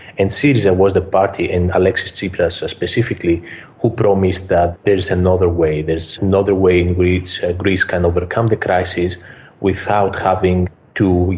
and syriza was the party and alexis tsipras specifically who promised that there's another way there's another way in which greece can overcome the crisis without having to, you